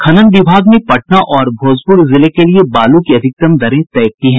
खनन विभाग ने पटना और भोजपुर के लिए बालू की अधिकतम दरें तय की हैं